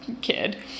kid